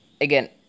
again